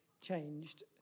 changed